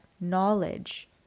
knowledge